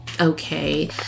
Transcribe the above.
okay